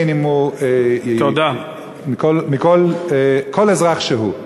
כל אזרח שהוא?